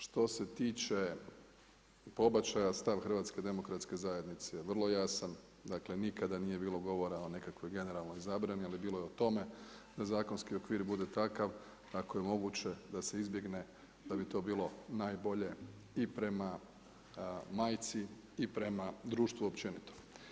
Što se tiče pobačaja stav Hrvatske demokratske zajednice je vrlo jasan dakle, nikada nije bilo govora o nekakvoj generalnoj zabrani, ali bilo je o tome da zakonski okvir bude takav ako je moguće da se izbjegne da bi to bilo najbolje i prema majci i prema društvu općenito.